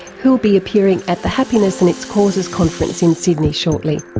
who'll be appearing at the happiness and its causes conference in sydney shortly.